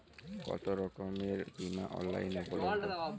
কতোরকমের বিমা অনলাইনে উপলব্ধ?